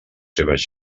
seves